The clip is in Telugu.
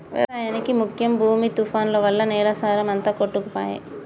వ్యవసాయానికి ముఖ్యం భూమి తుఫాన్లు వల్ల నేల సారం అంత కొట్టుకపాయె